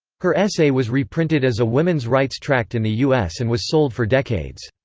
her essay was reprinted as a women's rights tract in the u s. and was sold for decades.